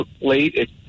late